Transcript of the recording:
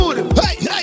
Hey